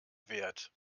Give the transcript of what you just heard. wert